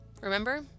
remember